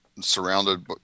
surrounded